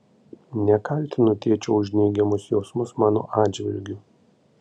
nekaltinu tėčio už neigiamus jausmus mano atžvilgiu